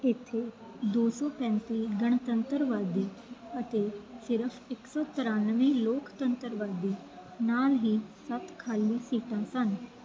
ਇੱਥੇ ਦੋ ਸੌ ਪੈਂਤੀ ਗਣਤੰਤਰਵਾਦੀ ਅਤੇ ਸਿਰਫ਼ ਇੱਕ ਸੌ ਤਰਿਆਨਵੇਂ ਲੋਕਤੰਤਰਵਾਦੀ ਨਾਲ ਹੀ ਸੱਤ ਖ਼ਾਲੀ ਸੀਟਾਂ ਸਨ